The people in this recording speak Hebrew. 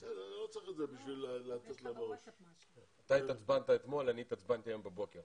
אתה התעצבנת אתמול, אני התעצבנתי היום בבוקר